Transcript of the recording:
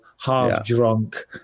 half-drunk